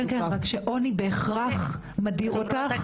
כן, רק שעוני בהכרח מדיר אותך.